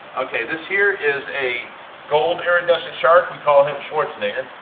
ok this here is a gold iridescent shark. we call him schwarzenegger.